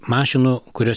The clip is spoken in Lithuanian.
mašinų kurios